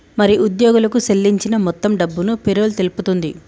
మరి ఉద్యోగులకు సేల్లించిన మొత్తం డబ్బును పేరోల్ తెలుపుతుంది